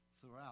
throughout